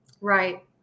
Right